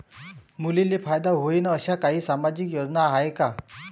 मुलींले फायदा होईन अशा काही सामाजिक योजना हाय का?